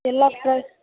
ಎಲ್ಲ ಪ್ಲಸ್